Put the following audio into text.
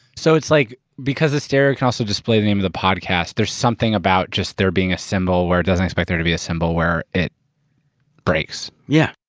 so it's like, because the stereo can also display the name of the podcast there's something about just there being a symbol, where it doesn't expect there to be a symbol, where it breaks. yeah.